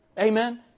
Amen